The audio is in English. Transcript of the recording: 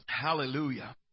Hallelujah